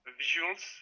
visuals